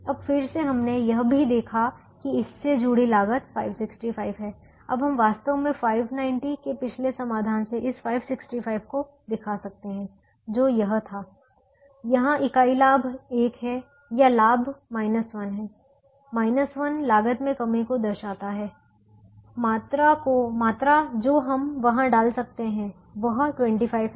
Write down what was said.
अब फिर से हमने यह भी देखा कि इससे जुड़ी लागत 565 है अब हम वास्तव में 590 Refer Time 1532 के पिछले समाधान से इस 565 को दिखा सकते हैं जो यह था यहां इकाई लाभ 1 है या लाभ 1 है 1 लागत में कमी को दर्शाता है मात्रा जो हम वहां डाल सकते है वह 25 है